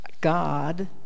God